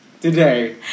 today